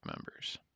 members